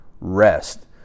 rest